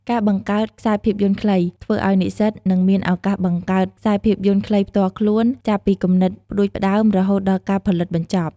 ការបង្កើតខ្សែភាពយន្តខ្លី ធ្វើឲ្យនិស្សិតនឹងមានឱកាសបង្កើតខ្សែភាពយន្តខ្លីផ្ទាល់ខ្លួន ចាប់ពីគំនិតផ្ដួចផ្ដើម រហូតដល់ការផលិតបញ្ចប់។